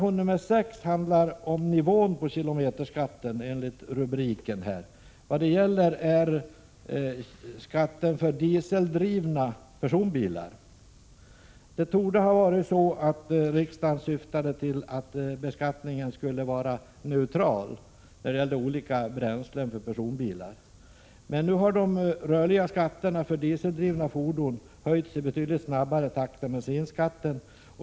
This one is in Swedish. om skatten för dieseldrivna personbilar. Riksdagen torde ha syftat till att beskattningen skulle vara neutral för olika bränslen för personbilar. Men nu har de rörliga skatterna för dieseldrivna fordon höjts i betydligt snabbare takt än bensinskatten.